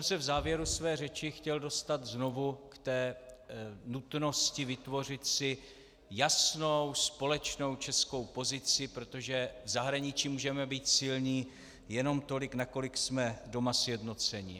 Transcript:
V závěru své řeči jsem se chtěl dostat znovu k nutnosti vytvořit si jasnou společnou českou pozici, protože v zahraničí můžeme být silní jenom tolik, nakolik jsme doma sjednoceni.